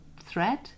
thread